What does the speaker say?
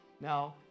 Now